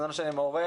זה לא משנה אם מורה,